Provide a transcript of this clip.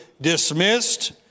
dismissed